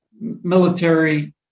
military